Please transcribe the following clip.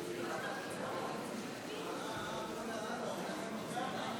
אדוני היושב-ראש,